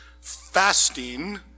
fasting